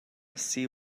sea